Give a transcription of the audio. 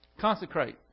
Consecrate